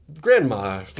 Grandma